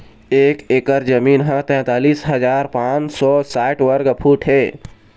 एक एकर जमीन ह तैंतालिस हजार पांच सौ साठ वर्ग फुट हे